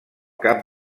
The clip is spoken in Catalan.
cap